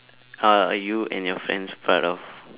are you and your friends part of